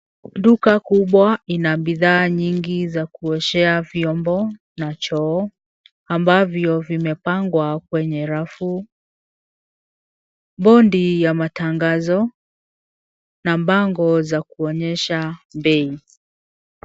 Duka kubwa ina bidhaa nyingi za kuoshea vyombo na choo ambavyo vimepangwa kwenye rafu. Bodi ya matangazo na bango za kuonyesha bei.